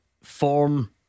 Form